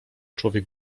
człowiek